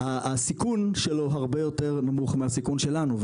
כי הסיכון שלו הרבה יותר נמוך מהסיכון שלנו,